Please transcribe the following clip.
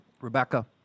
Rebecca